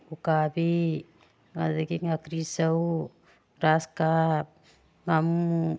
ꯎꯀꯥꯕꯤ ꯑꯗꯒꯤ ꯉꯥꯀꯤꯆꯧ ꯒ꯭ꯔꯥꯁ ꯀꯞ ꯉꯥꯃꯨ